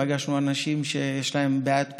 פגשנו אנשים בתוך הפלוגה שיש להם בעיית פרנסה.